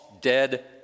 dead